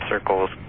circles